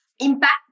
impact